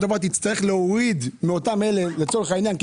דבר תצטרך להוריד מאותם אלה מהממיסים,